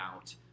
out